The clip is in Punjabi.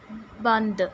ਬੰਦ